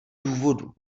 důvodů